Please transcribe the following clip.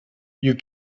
you